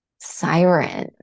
siren